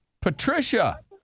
Patricia